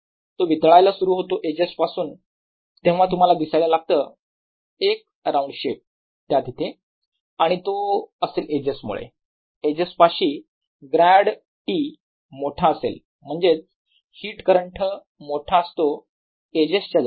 तो वितळायला सुरू होतो एजेस पासून तेव्हा तुम्हाला दिसायला लागतो एक राउंड शेप त्या तिथे आणि तो असेल एजेस मुळे एजेस पाशी ग्रॅड T मोठा असेल म्हणजेच हीट करंट मोठा असतो एजेस च्या जवळ